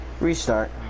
restart